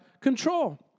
control